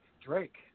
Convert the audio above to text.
Drake